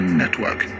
network